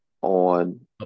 on